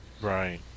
right